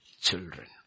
children